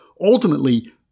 ultimately